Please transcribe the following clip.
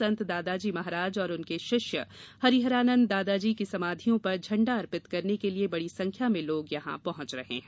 संत दादाजी महाराज और उनके शिष्य हरिहरानंद दादाजी की समाधियों पर झंडा अर्पित करने के लिए बड़ी संख्या में लोग यहां पहुँच रहे हैं